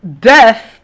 death